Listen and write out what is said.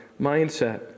mindset